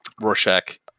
rorschach